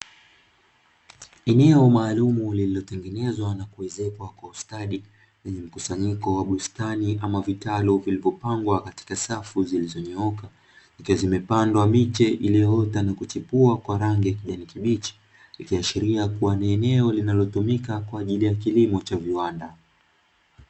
Eneo maalumu lililotengenezwa na kuezekwa kwa ustadi, lenye mkusanyiko wa bustani ama vitalu vilivopangwa katika safu zilizonyooka; ikiwa zimepandwa miche iliyoota na kuchipua kwa rangi ya kijani kibichi, ikiashiria kuwa ni eneo linalotumika kwa ajili ya kilimo cha viwanda.